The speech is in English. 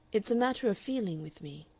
it's a matter of feeling with me.